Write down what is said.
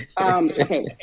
Okay